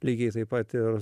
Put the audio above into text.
lygiai taip pat ir